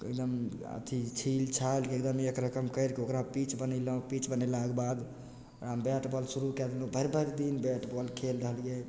एकदम अथी छील छालिकऽ एकदम एक रकम करिकऽ ओकरा पीच बनेलहुँ पीच बनेलाक बाद ओकरामे बैट बॉल शुरू कए देलहुँ भरि भरि दिन बैट बॉल खेल रहलियै